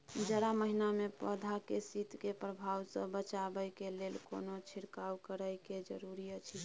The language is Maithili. जारा महिना मे पौधा के शीत के प्रभाव सॅ बचाबय के लेल कोनो छिरकाव करय के जरूरी अछि की?